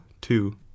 two